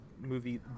movie